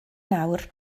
nawr